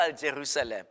Jerusalem